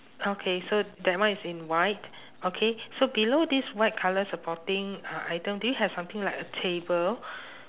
okay so that one is in white okay so below this white colour supporting uh item do you have something like a table